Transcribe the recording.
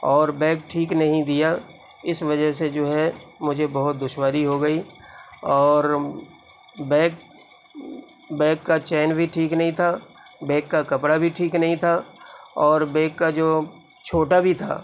اور بیگ ٹھیک نہیں دیا اس وجہ سے جو ہے مجھے بہت دشواری ہو گئی اور بیگ بیگ کا چین بھی ٹھیک نہیں تھا بیگ کا کپڑا بھی ٹھیک نہیں تھا اور بیگ کا جو چھوٹا بھی تھا